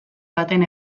baten